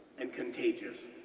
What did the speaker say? and contagious.